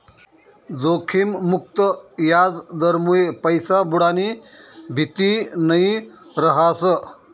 जोखिम मुक्त याजदरमुये पैसा बुडानी भीती नयी रहास